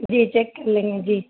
جی check کر لیں گے جی